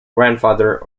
grandfather